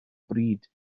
bryd